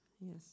yes